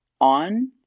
on